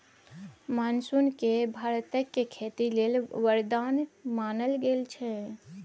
monsoon केँ भारतक खेती लेल बरदान मानल गेल छै